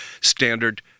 standard